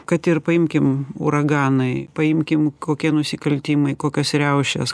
kad ir paimkim uraganai paimkim kokie nusikaltimai kokios riaušės